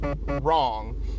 Wrong